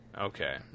Okay